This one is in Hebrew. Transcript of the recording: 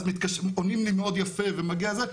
אז עונים לי מאוד יפה ומגיע זה,